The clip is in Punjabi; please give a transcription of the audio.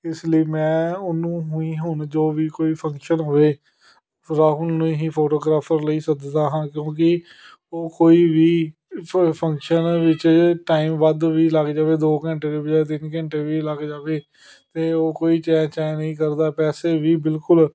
ਇਸ ਲਈ ਮੈਂ ਉਹਨੂੰ ਹੀ ਹੁਣ ਜੋ ਵੀ ਕੋਈ ਫੰਕਸ਼ਨ ਹੋਵੇ ਰਾਹੁਲ ਨੂੰ ਹੀ ਫੋਟੋਗ੍ਰਾਫਰ ਲਈ ਸੱਦਦਾ ਹਾਂ ਕਿਉਂਕਿ ਉਹ ਕੋਈ ਵੀ ਫੰ ਫੰਕਸ਼ਨ ਵਿੱਚ ਟਾਈਮ ਵੱਧ ਵੀ ਲੱਗ ਜਾਵੇ ਦੋ ਘੰਟੇ ਦੀ ਬਜਾਇ ਤਿੰਨ ਘੰਟੇ ਵੀ ਲੱਗ ਜਾਵੇ ਤਾਂ ਉਹ ਕੋਈ ਚੈਂ ਚੈਂ ਨਹੀਂ ਕਰਦਾ ਪੈਸੇ ਵੀ ਬਿਲਕੁਲ